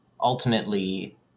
ultimately